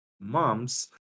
moms